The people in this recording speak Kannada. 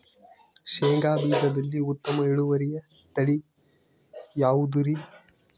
ಶೇಂಗಾ ಬೇಜದಲ್ಲಿ ಉತ್ತಮ ಇಳುವರಿಯ ತಳಿ ಯಾವುದುರಿ?